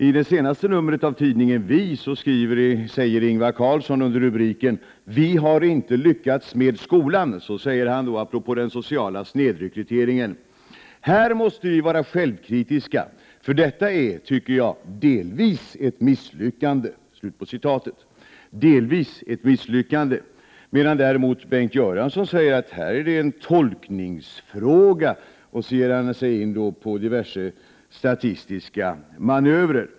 I det senaste numret av tidningen Vi säger Ingvar Carlsson under rubriken ”Vi har inte lyckats med skolan” apropå den sociala snedrekryteringen: ”Här måste vi vara självkritiska för detta är, tycker jag, delvis ett misslyckande.” Bengt Göransson säger däremot att det är en tolkningsfråga och ger sig in på diverse statistiska manövrer.